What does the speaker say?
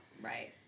Right